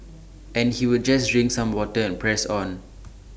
and he would just drink some water and press on